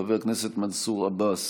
חבר הכנסת מנסור עבאס,